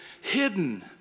hidden